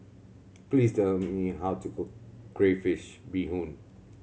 please tell me how to cook crayfish beehoon